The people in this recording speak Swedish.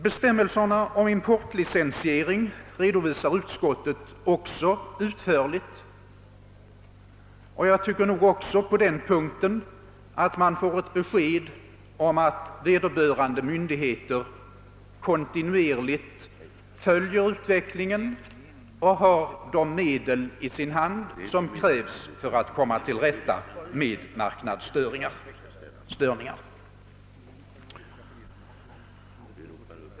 Utskottet redovisar också utförligt bestämmelserna om importlicensiering, och jag tycker att man även på den punkten får ett besked om att vederbörande myndigheter kontinuerligt följer utvecklingen och har i sin hand de medel som krävs för att komma till rätta med marknadsstörningar.